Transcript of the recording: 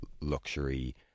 luxury